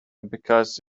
because